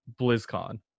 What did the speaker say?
BlizzCon